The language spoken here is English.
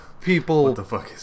People